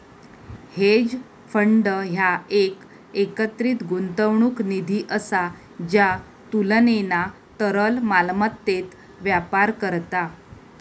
hedge fund ह्या एक एकत्रित गुंतवणूक निधी असा ज्या तुलनेना तरल मालमत्तेत व्यापार करता